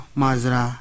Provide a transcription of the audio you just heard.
mazra